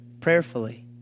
prayerfully